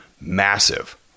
Massive